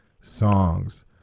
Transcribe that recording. songs